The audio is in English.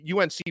UNC